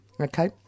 Okay